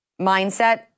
mindset